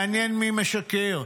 מעניין מי משקר.